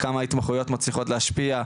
כמה התמחויות מצליחות להשפיע,